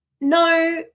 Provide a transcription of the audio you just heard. No